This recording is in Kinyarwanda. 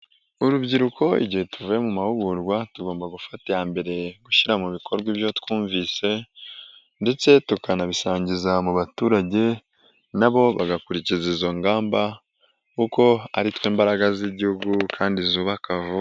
Urubyiruko igihe tuvuye mu mahugurwa, tugomba gufata iya mbere gushyira mu bikorwa ibyo twumvise, ndetse tukanabisangiza mu baturage nabo bagakurikiza izo ngamba kuko ari twe mbaraga z'igihugu kandi zubaka vuba.